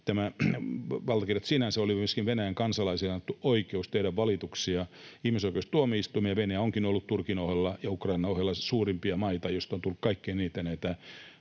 kysymys siitä, että oli myöskin Venäjän kansalaisille annettu oikeus tehdä valituksia ihmisoikeustuomioistuimeen. Venäjä onkin ollut Turkin ja Ukrainan ohella suurimpia maita, joista on tullut kaikkein